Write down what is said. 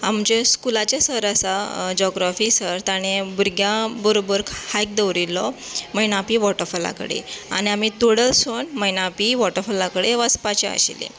आमचें स्कुलाचे सर आसा जोग्राफी सर ताणें भुरग्यां बरोबर हायक दवरिल्लो मैनापी वॉटरफॉला कडेन आनी आमी तोडसून मैनापी वॉटरफॉला कडेन वचपाची आशिल्ली